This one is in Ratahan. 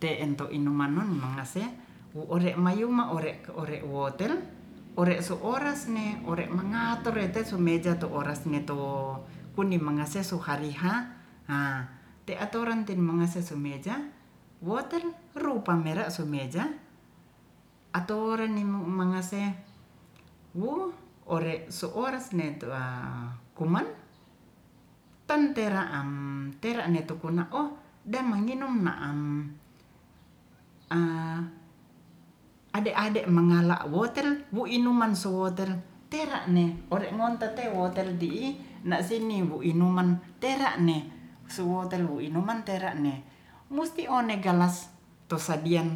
Te en to inuman nu mangase ore mayuma ore wotel ore so oras ne ore mangaturete su meja tu oras neto puning mangase su hari h ha te atoran te mangase su meja woten rupa mera sumeja ato renimu mnagase wu ore su ores ne tu a koman tan tera am tera nu kona o damanginum na am a ade-ade magala wotel wi inuman su woten tera ne ore ngoten ore monte te wotel ri'i nasingi wu inuman tera ne suo telu inuman tera ne musti one galas to sadiang